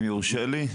אם יורשה לי.